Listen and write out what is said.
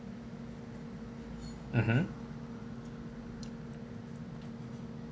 mmhmm